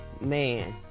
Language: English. man